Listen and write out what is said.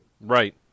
Right